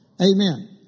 Amen